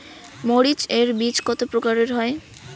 মরিচ এর বীজ কতো প্রকারের হয়?